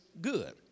good